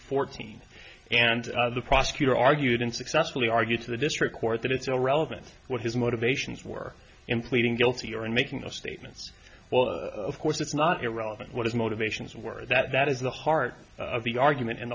fourteen and the prosecutor argued and successfully argued to the district court that it's irrelevant what his motivations were in pleading guilty or in making those statements well of course it's not irrelevant what his motivations were that is the heart of the argument in